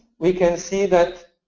we can see that